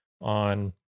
on